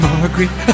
Margaret